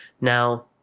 now